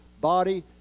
body